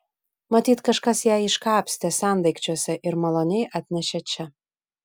matyt kažkas ją iškapstė sendaikčiuose ir maloniai atnešė čia